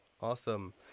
Awesome